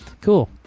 cool